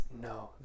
No